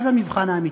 אז המבחן האמיתי.